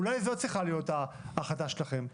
אולי זאת צריכה להיות ההחלטה שלכם,